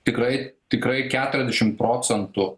tikrai tikrai keturiasdešimt procentų